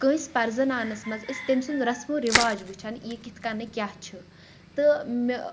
کٲنٛسہِ پرٛزٕناونَس منٛز أسۍ تٔمۍ سُنٛد رسمو رِواج وُچھان یہِ کِتھٕ کٔنۍ کیٛاہ چھِ تہٕ مےٚ